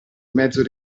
mezzo